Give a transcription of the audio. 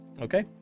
Okay